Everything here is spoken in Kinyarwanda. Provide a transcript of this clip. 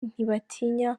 ntibatinya